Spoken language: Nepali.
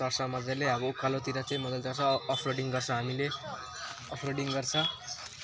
चढ्छ मजाले अब उकालोतिर चाहिँ मजाले चढ्छ अफ रोडिङ गर्छ हामीले अफ रोडिङ गर्छ